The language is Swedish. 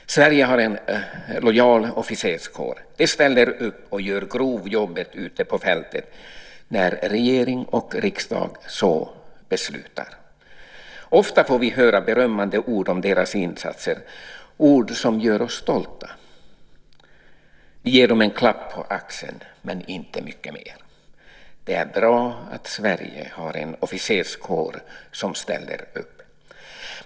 Sverige har en lojal officerskår. De ställer upp och gör grovjobbet ute på fältet när regering och riksdag så beslutar. Ofta får vi höra berömmande ord om officerarnas insatser - ord som gör oss stolta. Vi ger dem en klapp på axeln men inte mycket mer. Det är bra att Sverige har en officerskår som ställer upp.